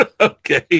Okay